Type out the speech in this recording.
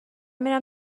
میرم